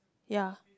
ya